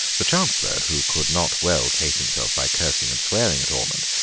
the chancellor, who could not well case himself by cursing and swearing at ormond,